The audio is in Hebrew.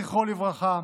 זכרו לברכה,